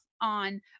on